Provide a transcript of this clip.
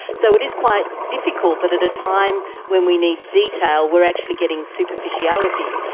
so it is quite difficult that at a time when we need detail we're actually getting superficiality.